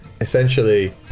essentially